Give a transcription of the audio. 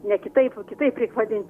ne kitaip kitaip reik vadinti